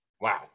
Wow